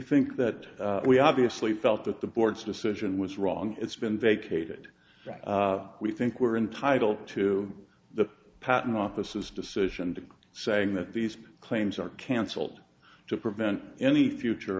think that we obviously felt that the board's decision was wrong it's been vacated we think we're entitled to the patent offices decision to keep saying that these claims are cancelled to prevent any future